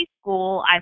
school